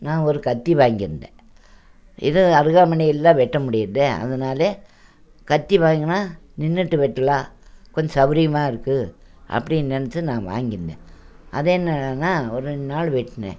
நான் ஒரு கத்தி வாங்கியிருந்தேன் இது அருவாமனையில தான் வெட்ட முடியாதே அதனால் கத்தி வாங்கினா நின்னுட்டு வெட்டலாம் கொஞ்சம் சவுரியமாக இருக்கும் அப்படின்னு நெனைச்சி நான் வாங்கியிருந்தேன் அது என்னடான்னா ஒரு ரெண்டு நாள் வெட்டினே